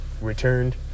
returned